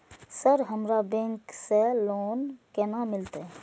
Sir हमरा bank से loan केना मिलते?